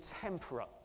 temperate